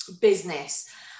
business